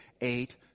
eight